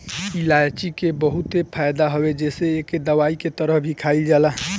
इलायची के बहुते फायदा हवे जेसे एके दवाई के तरह भी खाईल जाला